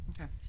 Okay